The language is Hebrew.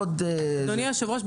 אדוני היושב ראש,